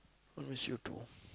I'll miss you too